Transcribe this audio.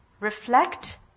reflect